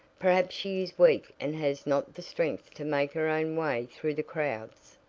perhaps she is weak and has not the strength to make her own way through the crowds.